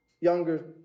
younger